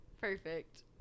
Perfect